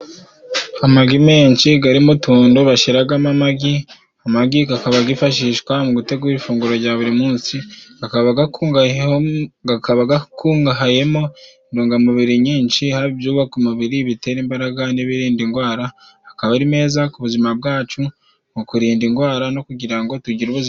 Amagi menshi gari mu tuntu bashiragamo amagi. Amagi gakaba gifashishwa mu gutegura ifunguro jya buri munsi. Gakaba gakungayehi gakaba gakungahayemo intungamubiri nyinshi, hari ibyubaka umubiri, ibitera imbaraga n'ibiririnda ingwara. Gakaba ari meza ku buzima bwacu, mu kurinda ingwara no kugira ngo tugire ubuzima.